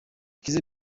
kizza